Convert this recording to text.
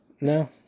No